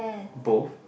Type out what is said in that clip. both